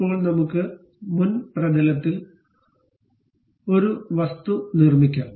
ഇപ്പോൾ നമുക്ക് മുൻ പ്രതലത്തിൽ ഒരു വസ്തു നിർമ്മിക്കാം